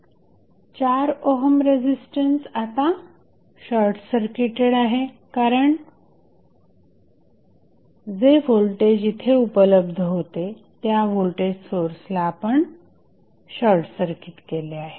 4 ohm resistance आता short circuited आहे कारण जे व्होल्टेज इथे उपलब्ध होते त्या व्होल्टेज सोर्सला आपण शॉर्टसर्किट केले आहे